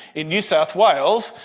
in new south wales,